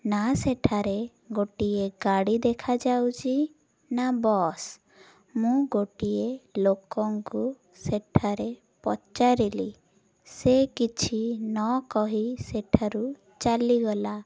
ନା ସେଠାରେ ଗୋଟିଏ ଗାଡ଼ି ଦେଖାଯାଉଛି ନା ବସ୍ ମୁଁ ଗୋଟିଏ ଲୋକଙ୍କୁ ସେଠାରେ ପଚାରିଲି ସେ କିଛି ନ କହି ସେଠାରୁ ଚାଲିଗଲା